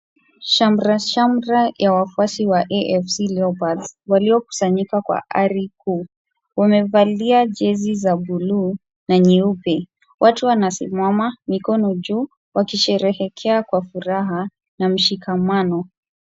Shamra shamra ya wafuasi wa FC leopards waliokusanyika kwa ari kuu. Wamevalia jezi za buluu na nyeupe. Watu wanasimama mikono juu wakisheherekea kwa furaha na mshikamano.